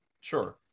Sure